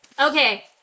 Okay